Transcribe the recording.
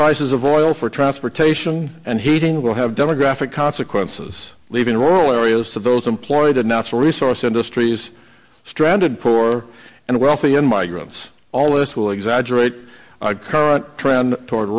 prices of oil for transportation and heating will have demographic consequences leaving in rural areas to those employed a natural resource industries stranded for and wealthy in migrants all this will exaggerate current trend toward